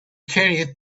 carried